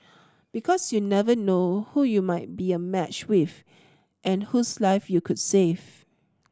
because you never know who you might be a match with and whose life you could save